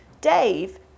Dave